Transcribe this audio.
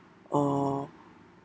or